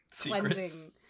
cleansing